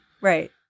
right